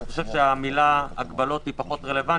המילה הגבלות היא פחות רלוונטית.